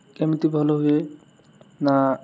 କେମିତି ଭଲ ହୁଏ ନା